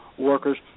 workers